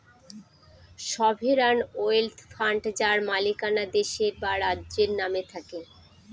sovereign wealth fund যার মালিকানা দেশের বা রাজ্যের নামে থাকে